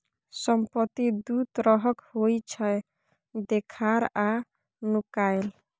संपत्ति दु तरहक होइ छै देखार आ नुकाएल